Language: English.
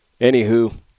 Anywho